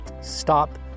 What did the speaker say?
stop